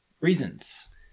Reasons